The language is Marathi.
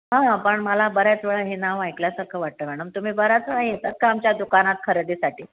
हां पण मला बऱ्याच वेळा हे नाव ऐकल्यासारखं वाटतं मॅडम तुम्ही बऱ्याच वेळा येतात का आमच्या दुकानात खरेदीसाठी